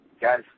guys